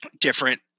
different